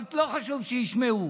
אבל לא חשוב, שישמעו,